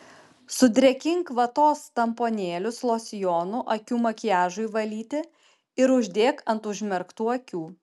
sudrėkink vatos tamponėlius losjonu akių makiažui valyti ir uždėk ant užmerktų akių